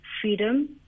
freedom